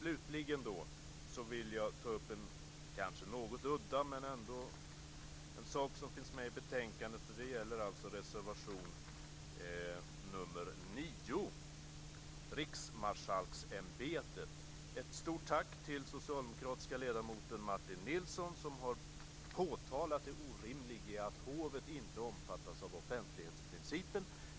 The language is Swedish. Slutligen vill jag ta upp en kanske något udda sak, men ändå en sak som finns med i betänkandet. Det gäller reservation nr 9 om riksmarskalksämbetet. Ett stort tack till socialdemokratiska ledamoten Martin Nilsson, som har påtalat det orimliga i att hovet inte omfattas av offentlighetsprincipen.